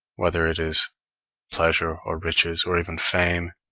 whether it is pleasure or riches, or even fame,